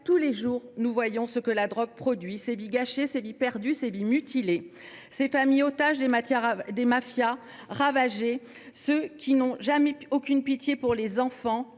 Tous les jours, nous voyons ce que la drogue produit : ces vies gâchées, perdues, mutilées ; ces familles otages des mafias, ravagées par ceux qui n’ont aucune pitié pour les enfants,